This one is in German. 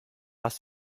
was